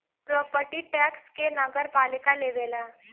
property tax के नगरपालिका लेवेला